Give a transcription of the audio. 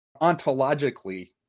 ontologically